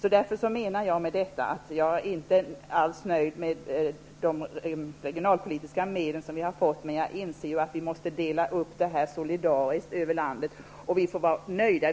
Därför menar jag med detta att jag inte alls är nöjd med de regionalpolitiska medel som vi har fått. Men jag inser att vi måste dela upp medlen solidariskt över landet. Vi får vara nöjda.